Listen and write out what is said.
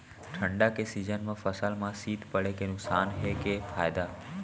ठंडा के सीजन मा फसल मा शीत पड़े के नुकसान हे कि फायदा?